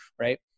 right